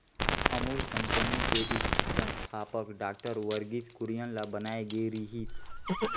Amul company के संस्थापक doctor Verghese Kurien ल बनाए गे रिहिस